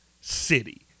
city